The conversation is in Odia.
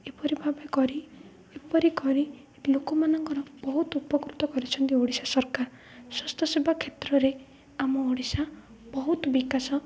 ଏପରି ଭାବେ କରି ଏପରି କରି ଲୋକମାନଙ୍କର ବହୁତ ଉପକୃତ କରିଛନ୍ତି ଓଡ଼ିଶା ସରକାର ସ୍ୱାସ୍ଥ୍ୟ ସେବା କ୍ଷେତ୍ରରେ ଆମ ଓଡ଼ିଶା ବହୁତ ବିକାଶ